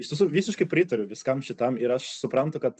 iš tiesų visiškai pritariu viskam šitam ir aš suprantu kad